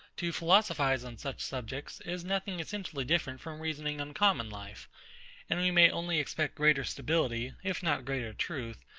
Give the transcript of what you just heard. to philosophise on such subjects, is nothing essentially different from reasoning on common life and we may only expect greater stability, if not greater truth,